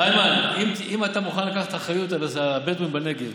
איימן, אם אתה מוכן לקחת אחריות על הבדואים בנגב,